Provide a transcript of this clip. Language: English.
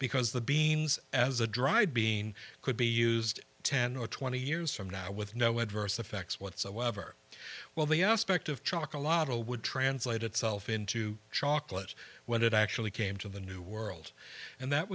because the beans as a dried being could be used ten or twenty years from now with no adverse effects whatsoever well the aspect of chalk a lot of would translate itself into chocolate when it actually came to the new world and that